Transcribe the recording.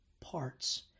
parts